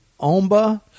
Omba